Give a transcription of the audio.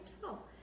tell